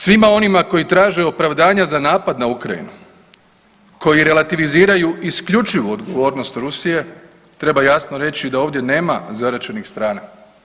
Svima onima koji traže opravdanja za napad na Ukrajinu, koji relativiziraju isključivu odgovornost Rusije treba jasno reći da ovdje nema zaraćenih strana.